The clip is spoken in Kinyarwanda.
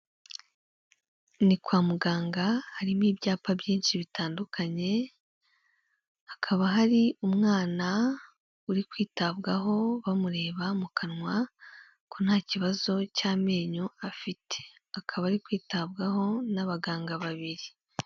Ni kwa muganga harimo ibyapa byinshi bitandukanye, hakaba hari umwana uri kwitabwaho bamureba mu kanwa ko nta kibazo cy'amenyo afite, akaba ari kwitabwaho n'abaganga babiri.